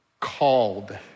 called